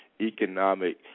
economic